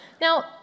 Now